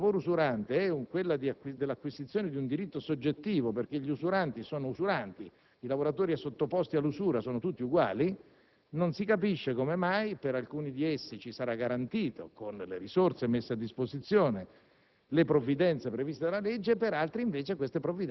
Non c'è dubbio che se la caratteristica del lavoro usurante è l'acquisizione di un diritto soggettivo, perché i lavoratori sottoposti all'usura sono tutti i uguali, non si capisce come mai per alcuni di essi saranno garantite, con le risorse messe a disposizione,